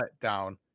letdown